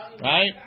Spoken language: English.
Right